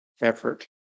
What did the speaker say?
effort